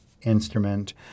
instrument